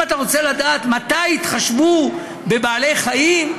אם אתה רוצה לדעת מתי התחשבו בבעלי חיים,